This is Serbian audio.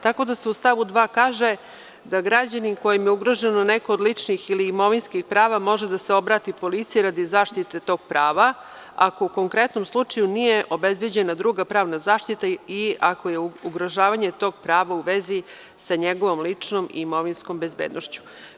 Tako da se u stavu 2. kaže, da građanin kojem je ugroženo neko od ličnih ili imovinskih prava može da se obrati policiji, radi zaštite tog prava ako u konkretnom slučaju nije obezbeđena druga pravna zaštita i ako je ugrožavanje tog prava u vezi sa njegovom ličnom i imovinskom bezbednošću.